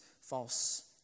false